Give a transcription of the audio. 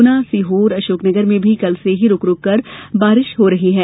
ग्ना सीहोर और अशोकनगर में भी कल से ही रूक रूककर बारिश हो रही है